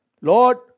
Lord